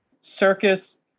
Circus